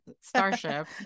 Starship